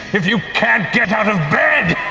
if you can't get out of bed!